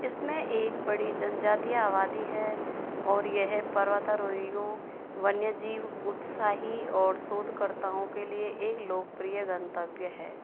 इसमें एक बड़ी जन जातीय आबादी है और यह पर्वतारोहियों वन्य जीव उत्साही और शोधकर्ताओं के लिए एक लोकप्रिय गंतव्य है